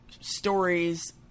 stories